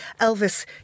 elvis